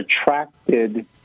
attracted